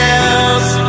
else